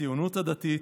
הציונות הדתית,